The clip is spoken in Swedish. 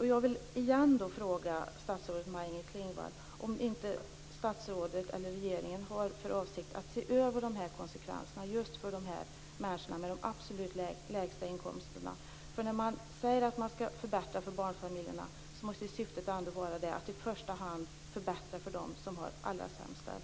Jag vill återigen fråga statsrådet Maj-Inger Klingvall om inte statsrådet eller regeringen har för avsikt att se över konsekvenserna för just dessa människor med de absolut lägsta inkomsterna. När man säger att man skall förbättra för barnfamiljerna måste ju syftet ändå vara att i första hand förbättra för dem som har det allra sämst ställt.